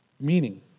meaning